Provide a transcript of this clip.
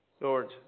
Lord